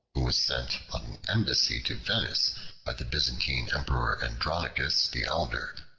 who was sent on an embassy to venice by the byzantine emperor andronicus the elder,